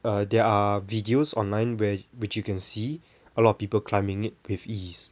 uh there are videos online where which you can see a lot of people climbing it with ease